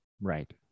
right